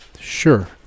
Sure